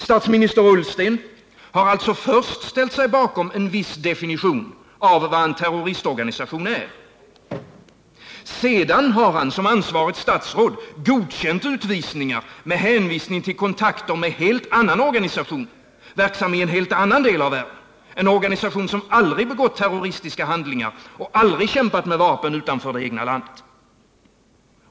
Statsminister Ullsten har alltså först ställt sig bakom en viss definition av vad en terroristorganisation är. Sedan har han som ansvarigt statsråd godkänt utvisningar med hänvisning till kontakter med en helt annan organisation, verksam i en helt annan del av världen, en organisation som aldrig begått terroristiska handlingar och aldrig kämpat med vapen utanför det egna landet.